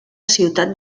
ciutat